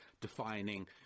defining